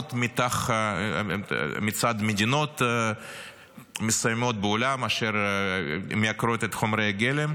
חרמות מצד מדינות מסוימות בעולם אשר מייקרות את חומרי הגלם,